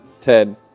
Ted